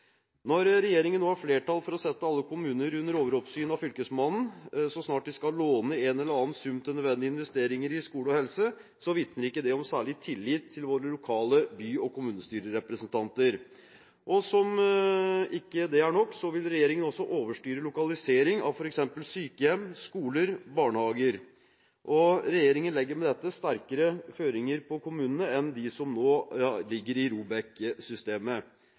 Når regjerningen nå har flertall for å sette alle kommuner under overoppsyn av Fylkesmannen så snart de skal låne en eller annen sum til nødvendige investeringer i skole og helse, vitner ikke det om særlig tillit til våre lokale by- og kommunestyrerepresentanter. Og som om ikke det er nok, vil regjeringen også overstyre lokalisering av f.eks. sykehjem, skoler og barnehager, og regjeringen legger med dette sterkere føringer på kommunene enn de som nå ligger i